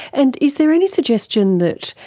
and is there any suggestion that,